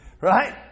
Right